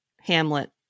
Hamlet